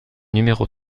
numéro